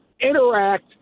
interact